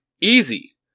Easy